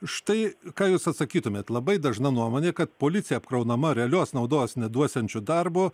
štai ką jūs atsakytumėt labai dažna nuomonė kad policija apkraunama realios naudos neduosiančiu darbu